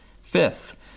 Fifth